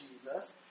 Jesus